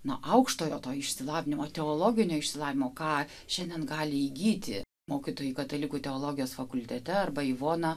nuo aukštojo išsilavinimo teologinio išsilavinimo ką šiandien gali įgyti mokytojai katalikų teologijos fakultete arba ivona